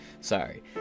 sorry